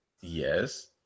Yes